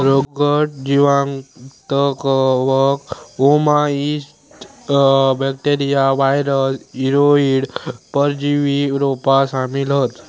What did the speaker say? रोगट जीवांत कवक, ओओमाइसीट्स, बॅक्टेरिया, वायरस, वीरोइड, परजीवी रोपा शामिल हत